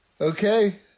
Okay